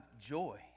joy